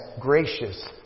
gracious